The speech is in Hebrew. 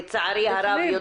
לצערי הרב,